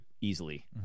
easily